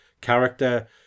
character